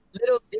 little